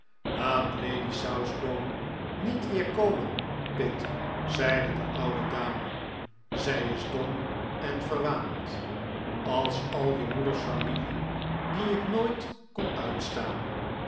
laat lady southdown niet weer komen pitt zeide de oude dame zij is dom en verwaand als al je moeders familie die ik nooit kon uitstaan